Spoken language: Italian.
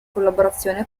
collaborazione